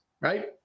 right